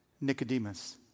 Nicodemus